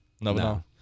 No